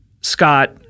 Scott